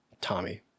Tommy